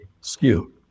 skew